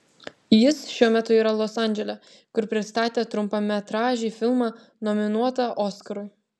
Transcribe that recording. jis šiuo metu yra los andžele kur pristatė trumpametražį filmą nominuotą oskarui